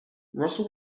russell